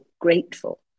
grateful